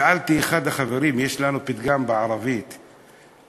שאלתי את אחד החברים, יש לנו פתגם בערבית שאומר: